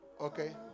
Okay